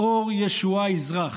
אור ישועה יזרח,